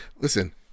Listen